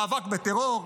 מאבק בטרור,